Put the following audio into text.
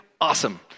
awesome